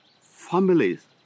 families